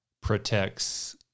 protects